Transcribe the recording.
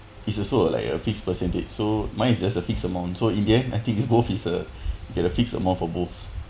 it's also of like a fixed percentage so mine is a a fixed amount so in the end I think it's both is a get a fixed amount for both